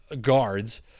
guards